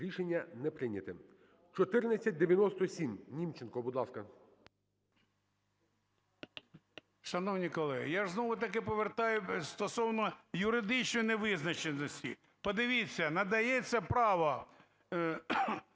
Рішення не прийнято. 1497. Німченко, будь ласка.